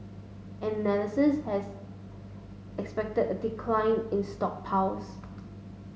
analysts has expected a decline in stockpiles